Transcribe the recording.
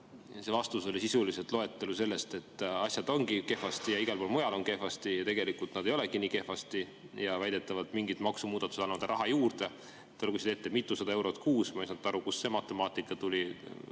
See vastus oli sisuliselt loetelu sellest, et asjad ongi kehvasti ja igal pool mujal on ka kehvasti ja tegelikult nad ei olegi nii kehvasti ja väidetavalt mingid maksumuudatused annavad raha juurde. Te lugesite ette, et [võit on] mitusada eurot kuus. Ma ei saanud aru, kust see matemaatika tuli,